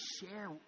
share